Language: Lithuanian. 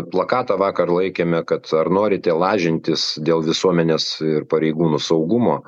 plakatą vakar laikėme kad ar norite lažintis dėl visuomenės ir pareigūnų saugumo